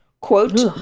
Quote